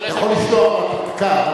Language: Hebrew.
אתה יכול לשלוח פתקה,